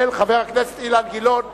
התש"ע 2010, של חבר הכנסת אילן גילאון.